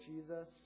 Jesus